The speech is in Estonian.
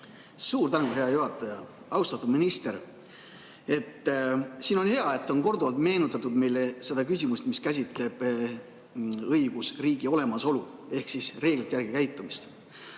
Suur tänu, hea juhataja! Austatud minister! On hea, et on korduvalt meenutatud meile seda küsimust, mis käsitleb õigusriigi olemasolu ehk reeglite järgi käitumist.